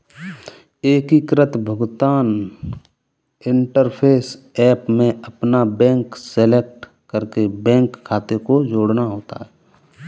एकीकृत भुगतान interface app में अपना बैंक सेलेक्ट करके बैंक खाते को जोड़ना होता है